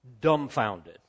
dumbfounded